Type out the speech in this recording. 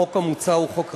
החוק המוצע הוא חוק ראוי,